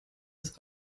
ist